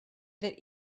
that